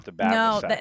No